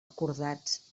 acordats